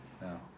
No